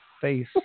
face